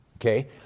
Okay